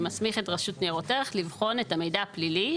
שמסמיך את רשות ניירות ערך לבחון את המידע הפלילי